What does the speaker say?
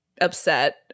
upset